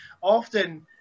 often